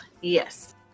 Yes